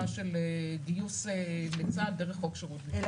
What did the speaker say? של גיוס לצה"ל דרך חוק שירות ביטחון.